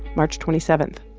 march twenty seven